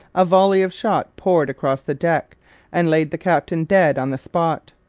a volley of shot poured across the deck and laid the captain dead on the spot.